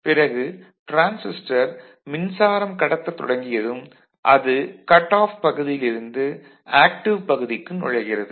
பிறகு டிரான்சிஸ்டர் மின்சாரம் கடத்தத் தொடங்கியதும் அது கட் ஆஃப் பகுதியிலிருந்து ஆக்டிவ் பகுதிக்கு நுழைகிறது